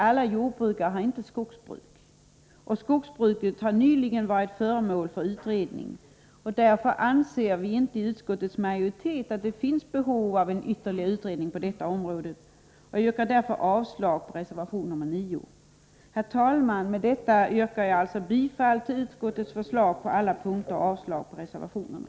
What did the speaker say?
Alla jordbrukare har inte skogsbruk, och skogsbruket har nyligen varit föremål för utredning, och därför anser vi i utskottets majoritet att det inte finns behov av en ytterligare utredning på detta område. Jag yrkar därför avslag på reservation nr 9. Herr talman! Med detta yrkar jag bifall till utskottets förslag på alla punkter och avslag på reservationerna.